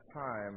time